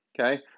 Okay